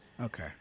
Okay